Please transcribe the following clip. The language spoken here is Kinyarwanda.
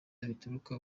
bituruka